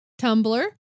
Tumblr